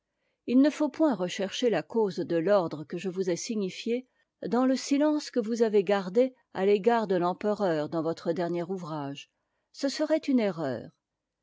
it ne faut point rechercher la cause de l'ordre que je vous ai signifié dans te silence que vous avez gardé a l'égard de l'empereur dans votre dernier ouvrage ce se rait une erreur